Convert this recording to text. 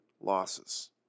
losses